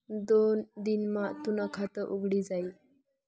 दोन दिन मा तूनं खातं उघडी जाई